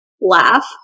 laugh